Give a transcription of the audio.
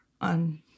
on